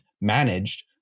managed